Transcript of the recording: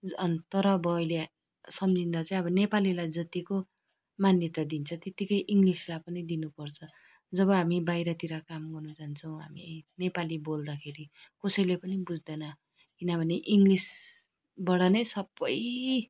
अनि तर अब अहिले सम्झिँदा चाहिँ अब नेपालीलाई जत्तिको मान्यता दिन्छ त्यत्तिकै इङ्गलिसलाई पनि दिनुपर्छ जब हामी बाहिरतिर काम गर्नु जान्छौँ हामी नेपाली बोल्दखेरि कसैले पनि बुझ्दैन किनभने इङ्गलिसबाट नै सबै